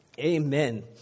amen